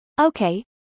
Okay